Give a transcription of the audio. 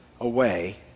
away